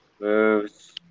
moves